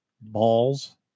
Balls